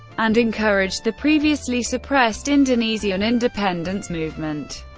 and encouraged the previously suppressed indonesian independence movement.